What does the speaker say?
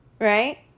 right